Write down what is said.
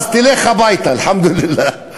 אז תלך הביתה, אלחמדו ללה.